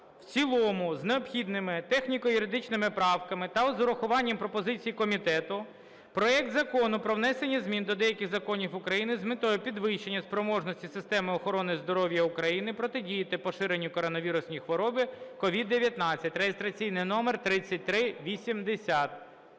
в цілому з необхідними техніко-юридичними правками та з урахуванням пропозицій комітету проект Закону про внесення змін до деяких законів України з метою підвищення спроможності системи охорони здоров'я України протидіяти поширенню коронавірусної хвороби COVID-19 (реєстраційний номер 3380).